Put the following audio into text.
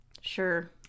Sure